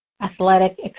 athletic